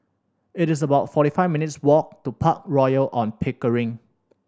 it is about forty five minutes' walk to Park Royal On Pickering